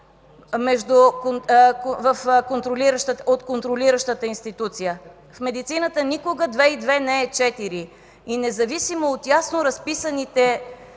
от контролиращата институция. В медицината никога две и две не е четири и независимо от ясно разписаните